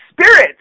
Spirits